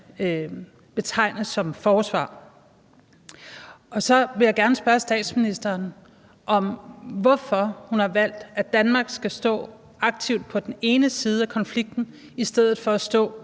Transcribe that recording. betegnes som forsvar. Og så vil jeg gerne spørge statsministeren om, hvorfor hun har valgt, at Danmark skal stå aktivt på den ene side af konflikten i stedet for at stå